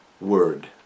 word